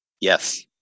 Yes